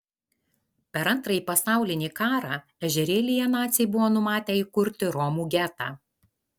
per antrąjį pasaulinį karą ežerėlyje naciai buvo numatę įkurti romų getą